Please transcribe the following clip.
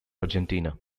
argentina